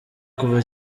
kuva